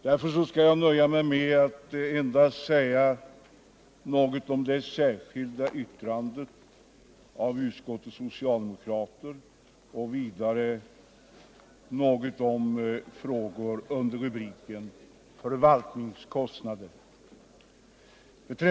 Därför skall jag nöja mig med att endast säga något om det särskilda yttrandet av utskottets socialdemokrater och vidare om några frågor under punkten Förvaltningskostnader.